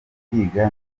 kwiga